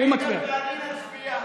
תודה רבה.